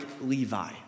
Levi